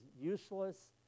useless